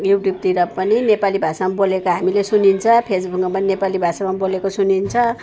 युट्युबतिर पनि नेपाली भाषामा बोलेका हामीले सुनिन्छ फेसबुकमा पनि नेपाली भाषामा बोलेको सुनिन्छ